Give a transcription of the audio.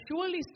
surely